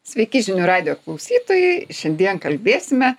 sveiki žinių radijo klausytojai šiandien kalbėsime